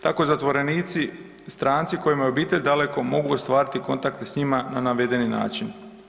Tako zatvorenici strancima kojima je obitelj daleko mogu ostvariti kontakte s njima na navedeni način.